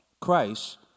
Christ